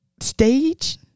stage